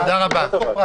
(היו"ר שלמה קרעי,